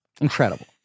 Incredible